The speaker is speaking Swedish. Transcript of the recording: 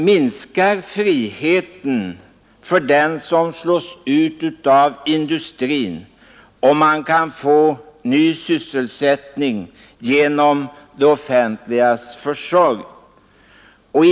Minskar friheten för den som slås ut av industrin, om han kan få ny sysselsättning genom det offentligas försorg?